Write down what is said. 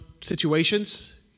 situations